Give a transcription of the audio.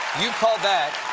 you call that